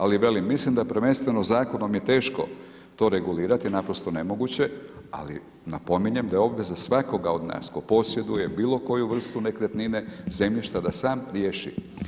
Ali velim, mislim da prvenstveno Zakonom je teško to regulirati, naprosto nemoguće, ali napominjem, da je obveza svakoga od nas tko posjeduje bilo koju vrstu nekretnine, zemljišta, da sam riješi.